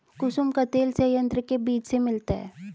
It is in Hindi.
कुसुम का तेल संयंत्र के बीज से मिलता है